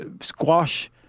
squash